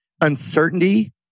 uncertainty